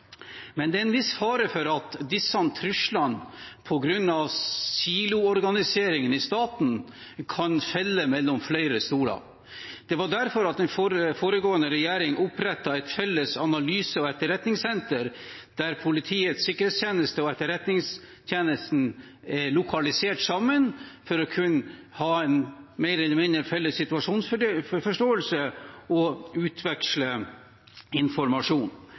Men på grunn av siloorganiseringen i staten er det en viss fare for at disse truslene kan falle mellom flere stoler. Det var derfor den foregående regjeringen opprettet et felles analyse- og etterretningssenter, der Politiets sikkerhetstjeneste og Etterretningstjenesten er lokalisert sammen for å kunne ha en mer eller mindre felles situasjonsforståelse og utveksle informasjon.